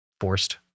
forced-